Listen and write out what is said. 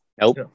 Nope